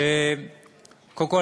קודם כול,